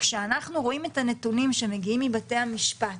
כשאנחנו רואים את הנתונים מבתי המשפט,